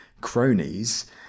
cronies